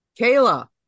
Kayla